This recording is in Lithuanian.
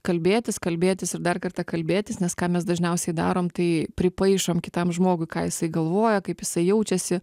kalbėtis kalbėtis ir dar kartą kalbėtis nes ką mes dažniausiai darom tai pripaišom kitam žmogui ką jisai galvoja kaip jisai jaučiasi